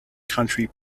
country